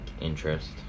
interest